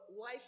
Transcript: life